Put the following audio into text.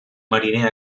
mariner